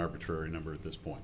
arbitrary number at this point